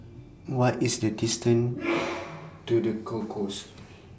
What IS The distance to The Concourse